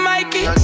Mikey